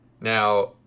Now